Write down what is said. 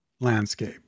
landscape